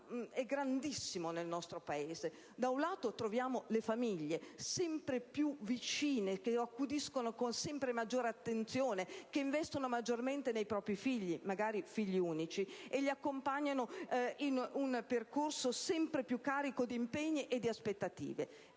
grandissimo nel nostro Paese: da un lato, troviamo le famiglie sempre più vicine, che accudiscono con sempre maggiore attenzione, che investono maggiormente sui propri figli, magari figli unici, che li accompagnano in un percorso sempre più carico di impegni e di aspettative;